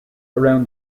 around